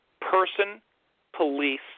person-police